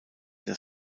der